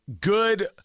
Good